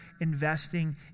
investing